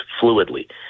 fluidly